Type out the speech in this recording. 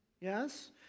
Yes